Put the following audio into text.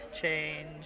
change